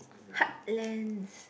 heartlands